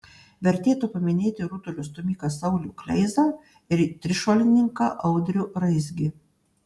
vertėtų paminėti rutulio stūmiką saulių kleizą ir trišuolininką audrių raizgį